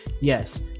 Yes